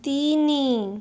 ତିନି